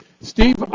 Steve